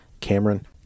Cameron